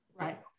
Right